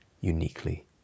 uniquely